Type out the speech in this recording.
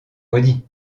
maudits